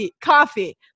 Coffee